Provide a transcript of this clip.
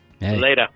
Later